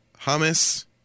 hummus